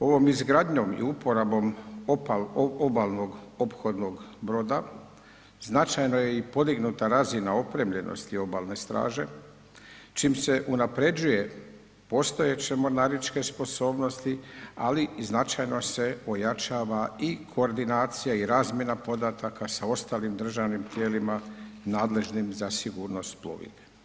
Ovom izgradnjom i uporabom opal obalnog ophodnog broda značajno je i podignuta razina opremljenosti obalne straže čim se unapređuje postojeće mornaričke sposobnosti, ali i značajno se ojačava i koordinacija i razmjena podataka sa ostalim državnim tijelima nadležnim za sigurnost plovidbe.